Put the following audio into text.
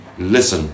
listen